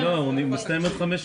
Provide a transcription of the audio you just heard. לא, הוא מסתיים עוד חמש שנים.